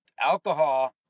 alcohol